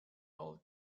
old